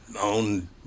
own